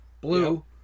blue